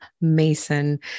Mason